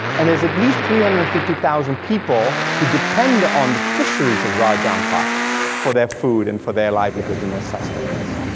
and there's at least three hundred and fifty thousand people who depend on the fisheries of raja ampat for their food and their livelihood and their sustenance.